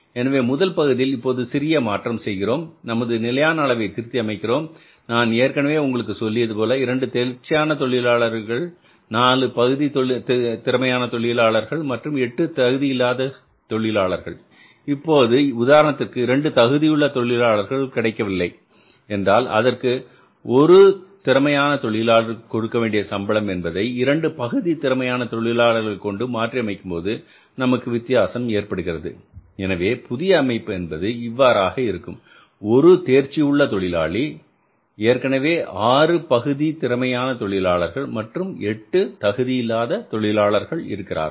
எனவே முதல் பகுதியில் இப்போது சிறிய மாற்றம் செய்கிறோம் நமது நிலையான அளவை திருத்தி அமைக்கிறோம் நான் ஏற்கனவே உங்களுக்கு சொல்லியது போல 2 தேர்ச்சியான தொழிலாளர்கள் 4 பகுதி திறமையானவர்கள் மற்றும் 8 தகுதி இல்லாத தொழிலாளர்கள் இப்போது உதாரணத்திற்கு 2 தகுதியுள்ள தொழிலாளர்களை கிடைக்கவில்லை என்றால் அதற்கு ஒரு திறமையான தொழிலாளருக்கு கொடுக்கவேண்டிய சம்பளம் என்பதை 2 பகுதி திறமையான தொழிலாளர் கொண்டு மாற்றி அமைக்கும்போது நமக்கு வித்தியாசம் ஏற்படுகிறது எனவே புதிய அமைப்பு என்பது இவ்வாறாக இருக்கும் ஒரு தேர்ச்சி உள்ள தொழிலாளி ஏற்கனவே ஆறு பகுதி திறமையான தொழிலாளர்கள் மற்றும் 8 தகுதி இல்லாத தொழிலாளர்கள் இருக்கிறார்கள்